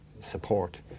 support